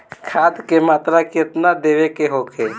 खाध के मात्रा केतना देवे के होखे?